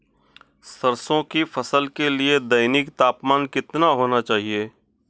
सरसों की फसल के लिए दैनिक तापमान कितना होना चाहिए?